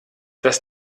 dass